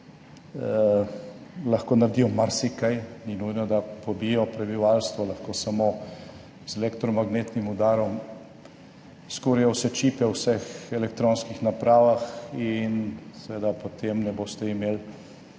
lahko naredijo marsikaj, ni nujno, da pobijejo prebivalstvo, lahko samo z elektromagnetnim udarom skurijo vse čipe v vseh elektronskih napravah in seveda potem ne boste imeli